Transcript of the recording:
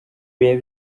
bihe